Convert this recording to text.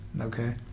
Okay